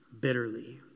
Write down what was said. bitterly